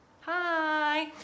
Hi